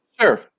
Sure